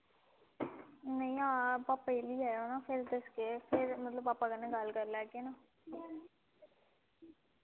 नेईं हां पापा ही ली आयो ना फिर दस्सगे फिर मतलब पापा कन्नै गल्ल करि लैगे ना